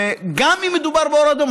וגם אם מדובר באור אדום,